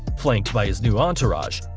flanked by his new entourage,